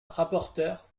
rapporteur